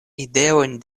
ideojn